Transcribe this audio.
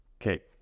Okay